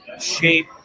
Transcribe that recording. shape